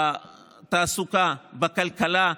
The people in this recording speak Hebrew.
בתעסוקה, בכלכלה.